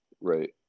right